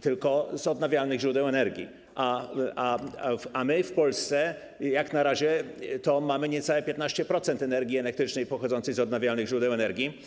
tylko z odnawialnych źródeł energii, a my w Polsce na razie mamy niecałe 15% energii elektrycznej pochodzącej z odnawialnych źródeł energii.